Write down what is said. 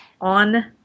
On